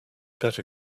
better